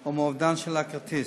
או מאובדן הכרטיס.